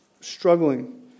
struggling